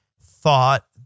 thought